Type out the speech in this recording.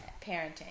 parenting